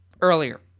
earlier